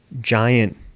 giant